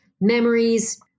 memories